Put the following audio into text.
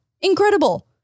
incredible